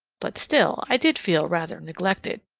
but, still, i did feel rather neglected.